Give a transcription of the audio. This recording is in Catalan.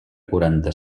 quaranta